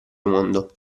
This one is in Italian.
mondo